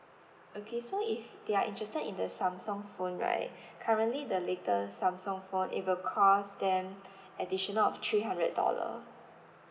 okay so if they are interested in the samsung phone right currently the latest samsung phone it will cost them additional of three hundred dollar